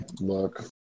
look